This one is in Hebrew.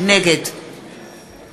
נגד